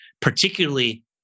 particularly